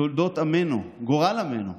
תולדות עמנו, גורל עמנו,